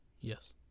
Yes